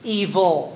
evil